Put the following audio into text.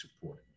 support